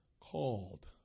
called